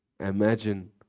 Imagine